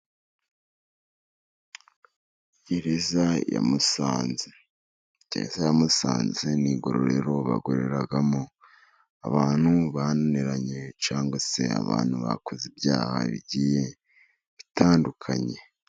Gereza ya Musanzege. Gereza ya Musanze ni igororero bakoreramo abantu bananiranye， cyangwa se abantu bakoze ibyaha bigiye bitandukanye.